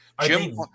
Jim